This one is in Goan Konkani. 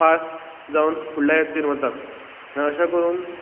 पास जावन फुडले येतेत वतात आनी अशे करून